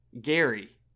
gary